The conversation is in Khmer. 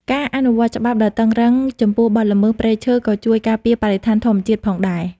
ការអនុវត្តច្បាប់ដ៏តឹងរ៉ឹងចំពោះបទល្មើសព្រៃឈើក៏ជួយការពារបរិស្ថានធម្មជាតិផងដែរ។